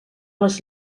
les